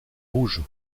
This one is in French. rouges